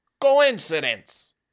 COINCIDENCE